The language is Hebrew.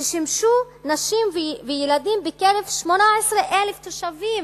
ששימשו נשים וילדים בקרב 18,000 תושבים